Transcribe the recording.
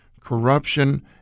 corruption